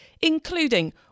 including